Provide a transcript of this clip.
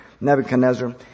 Nebuchadnezzar